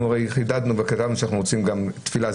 אנחנו הרי חידדנו וכתבנו שאנחנו רוצים גם תפילה.